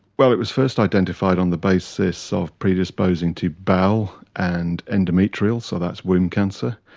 well, it was first identified on the basis of predisposing to bowel and endometrial, so that's womb cancer.